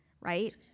right